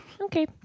Okay